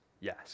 yes